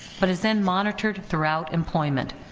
but is then monitored throughout employment,